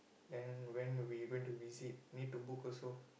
then when we going to visit need to book also